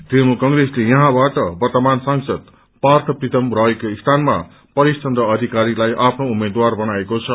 तृणमूल कंग्रेसले यहाँबाट वर्तमान सांसद पार्थ प्रीतम रायको स्थानमा परेश चन्द्र अधिकारीलाई आफनो उम्मेद्वार बनाएको छ